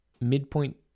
midpoint